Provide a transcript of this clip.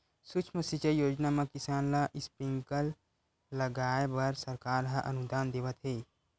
सुक्ष्म सिंचई योजना म किसान ल स्प्रिंकल लगाए बर सरकार ह अनुदान देवत हे